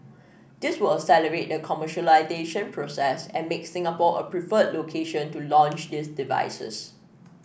this will accelerate the commercialisation process and make Singapore a preferred location to launch these devices